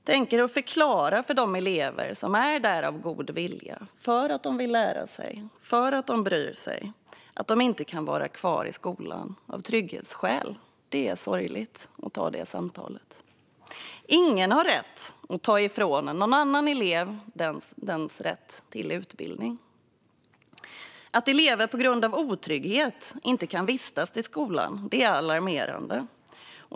Tänk er att förklara för de elever som är där av god vilja för att de vill lära sig och för att de bryr sig att de inte kan vara kvar i skolan av trygghetsskäl! Det är sorgligt att ta det samtalet. Ingen har rätt att ta ifrån en annan elev dennes rätt till utbildning. Att elever på grund av otrygghet inte kan vistas i skolan är alarmerande.